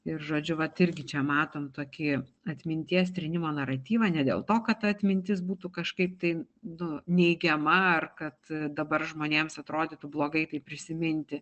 ir žodžiu vat irgi čia matom tokį atminties trynimo naratyvą ne dėl to kad ta atmintis būtų kažkaip tai nu neigiama ar kad dabar žmonėms atrodytų blogai tai prisiminti